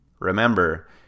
Remember